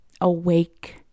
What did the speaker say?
awake